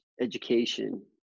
education